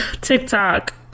TikTok